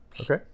Okay